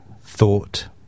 thought